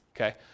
okay